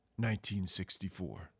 1964